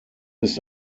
ist